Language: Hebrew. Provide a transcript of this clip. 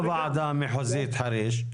הוועדה המחוזית חריש?